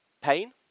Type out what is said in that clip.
pain